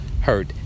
hurt